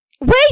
Wait